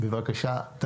בבקשה.